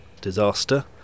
disaster